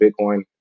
bitcoin